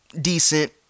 decent